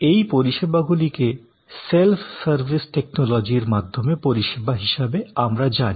এই পরিষেবাগুলিকে self service টেকনোলজির মাধ্যমে পরিষেবা হিসাবে আমরা জানি